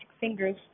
fingers